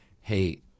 hey